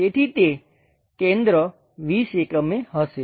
તેથી તે કેન્દ્ર 20 એકમે હશે